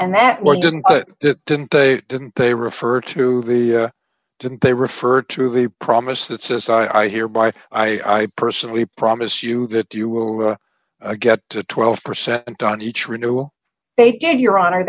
and that one didn't but it didn't they didn't they refer to the didn't they refer to the promise that says i hereby i personally promise you that you will get to twelve percent on each renewal they did your honor